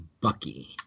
bucky